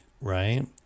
right